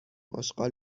آشغال